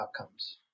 outcomes